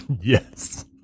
Yes